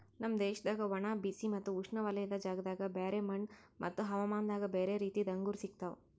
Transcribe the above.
ನಮ್ ದೇಶದಾಗ್ ಒಣ, ಬಿಸಿ ಮತ್ತ ಉಷ್ಣವಲಯದ ಜಾಗದಾಗ್ ಬ್ಯಾರೆ ಮಣ್ಣ ಮತ್ತ ಹವಾಮಾನದಾಗ್ ಬ್ಯಾರೆ ರೀತಿದು ಅಂಗೂರ್ ಸಿಗ್ತವ್